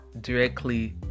directly